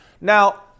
Now